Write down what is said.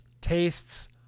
Tastes